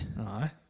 Aye